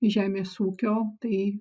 žemės ūkio tai